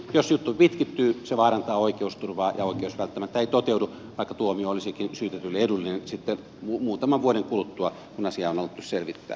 jos juttu pitkittyy se vaarantaa oikeusturvaa ja oikeus välttämättä ei toteudu vaikka tuomio olisikin syytetylle edullinen sitten muutaman vuoden kuluttua kun asiaa on alettu selvittää